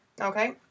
Okay